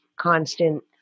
constant